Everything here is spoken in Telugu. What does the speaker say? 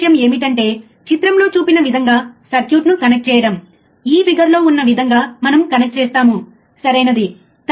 X అక్షంలో మైక్రోసెకన్లలో సమయం ఉంది y అక్షం వోల్టేజ్ సరియైనదా